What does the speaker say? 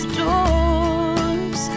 doors